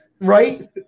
Right